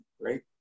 right